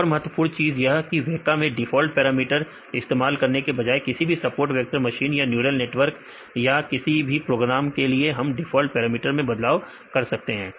एक और महत्वपूर्ण चीज यह की वेका मैं डिफॉल्ट पैरामीटर इस्तेमाल करने के बजाए किसी भी सपोर्ट वेक्टर मशीन या न्यूरल नेटवर्क या किसी भी प्रोग्राम के लिए हम डिफॉल्ट पैरामीटर में बदलाव कर सकते हैं